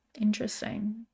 Interesting